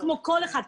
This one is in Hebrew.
כמו כל אחד,